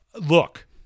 Look